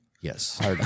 Yes